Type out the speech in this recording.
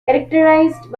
characterized